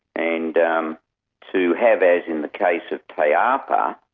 and um to have as in the case of taiapa,